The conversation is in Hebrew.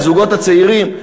הזוגות הצעירים?